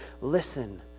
listen